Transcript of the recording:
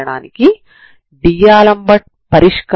మీకు x0 అవసరం లేదు